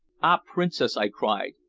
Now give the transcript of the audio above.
ah, princess! i cried.